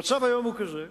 המצב היום הוא כזה,